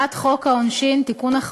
הצעת חוק העונשין (תיקון,